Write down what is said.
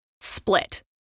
split